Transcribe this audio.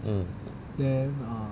mm